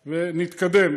ונתקדם.